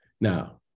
Now